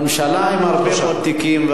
ממשלה עם הרבה מאוד תיקים,